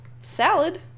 salad